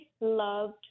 loved